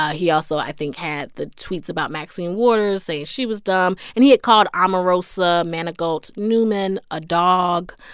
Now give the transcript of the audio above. ah he also, i think, had the tweets about maxine waters, saying she was dumb and he had called um omarosa manigault newman a dog.